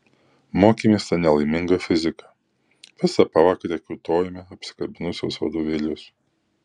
mokėmės tą nelaimingą fiziką visą pavakarę kiūtojome apsikabinusios vadovėlius